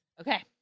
Okay